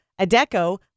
Adeco